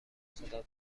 صداتون